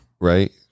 Right